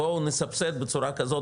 בואו נסבסד בצורה כזאת,